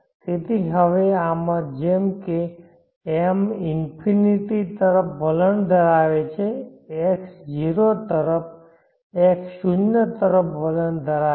તેથી હવે આમાં જેમ કે m ઇન્ફીનીટી તરફ વલણ ધરાવે છે x 0 તરફ x શૂન્ય તરફ વલણ ધરાવે છે